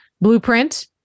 blueprint